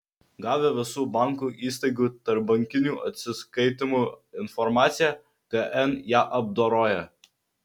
gavę visų bankų įstaigų tarpbankinių atsiskaitymų informaciją kn ją apdoroja